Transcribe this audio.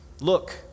look